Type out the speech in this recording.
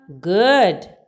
Good